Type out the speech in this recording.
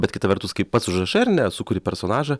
bet kita vertus kai pats užrašai ar ne sukuri personažą